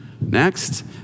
next